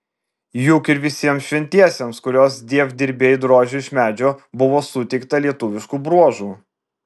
juk ir visiems šventiesiems kuriuos dievdirbiai drožė iš medžio buvo suteikta lietuviškų bruožų